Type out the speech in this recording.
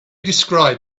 described